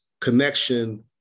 connection